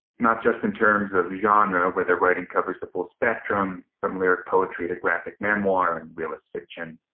not just in terms of genre, where their writing covers the full spectrum from lyric poetry to graphic memoir and realist fiction,